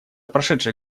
прошедший